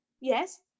Yes